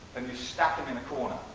and you stack them in the corner.